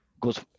goes